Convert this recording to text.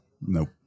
Nope